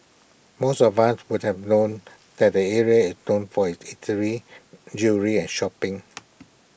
most of us would have known that the area is known for its eateries jewellery and shopping